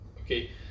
okay